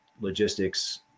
logistics